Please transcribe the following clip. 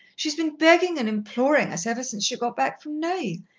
she's been beggin' and implorin' us ever since she got back from neuilly,